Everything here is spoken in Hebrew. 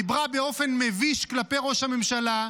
דיברה באופן מביש כלפי ראש הממשלה,